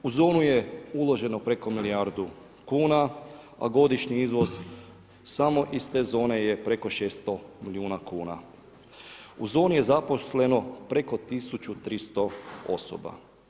U zonu je uloženo preko milijardu kuna, a godišnji izvoz, samo iz te zone, je preko 600 milijuna kuna. u zoni je zaposleno preko 1300 osoba.